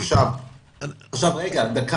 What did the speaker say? אנחנו